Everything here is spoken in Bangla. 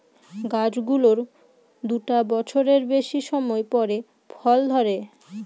গাছ গুলোর দুটা বছরের বেশি সময় পরে ফল ধরে